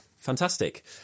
Fantastic